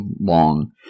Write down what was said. long